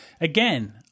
again